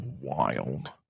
wild